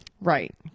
right